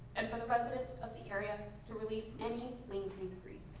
and for the residents of the area to release any lingering grief.